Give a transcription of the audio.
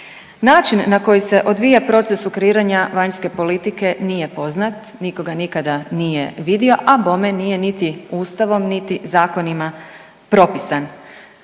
Način na koji se odvija proces sukreiranja vanjske politike nije poznat, niko ga nikada nije vidio, a bome nije niti ustavom, niti zakonima propisan.